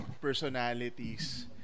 personalities